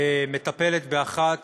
מטפלת באחת